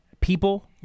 people